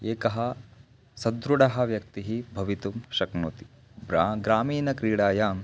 एकः सुदृढः व्यक्तिः भवितुं शक्नोति ग्रा ग्रामीणक्रीडायाम्